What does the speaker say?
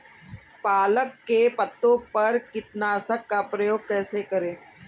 पालक के पत्तों पर कीटनाशक का प्रयोग कैसे करें?